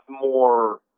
more